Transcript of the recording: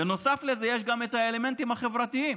בנוסף יש את האלמנטים החברתיים.